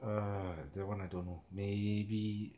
err that [one] I don't know maybe